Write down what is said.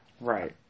Right